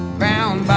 brown